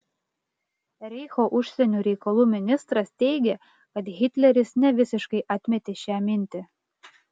reicho užsienio reikalų ministras teigė kad hitleris nevisiškai atmetė šią mintį